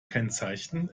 kennzeichen